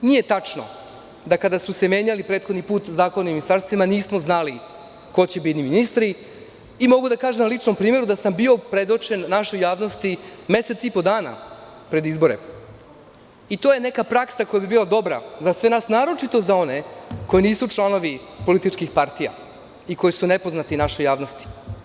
Nije tačno da, kada su se menjali prethodni put zakoni o ministarstvima, nismo znali ko će biti ministri i mogu da kažem, na ličnom primeru, da sam bio predočen našoj javnosti mesec i po dana pred izbore i to je neka praksa koja bi bila dobra za sve nas, naročito za one koji nisu članovi političkih partija i koji su nepoznati našoj javnosti.